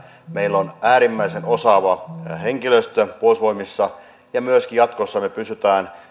meillä on äärimmäisen osaava henkilöstö puolustusvoimissa ja jatkossakin me pystymme